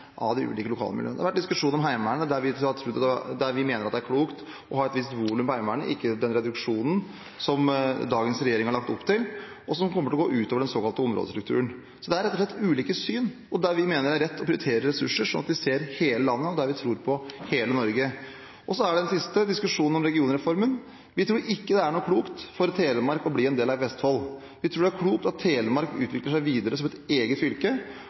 av de ulike lokalmiljøene. Det har vært diskusjon om Heimevernet. Vi mener at det er klokt å ha et visst volum på Heimevernet, ikke den reduksjonen som dagens regjering har lagt opp til, og som kommer til å gå ut over den såkalte områdestrukturen. Så det er rett og slett ulike syn, og vi mener det er rett å prioritere ressurser sånn at vi ser hele landet, og der vi tror på hele Norge. Når det gjelder det siste – diskusjonen om regionreformen: Vi tror ikke det er noe klokt at Telemark blir en del av Vestfold. Vi tror det er klokt at Telemark utvikler seg videre som et eget fylke,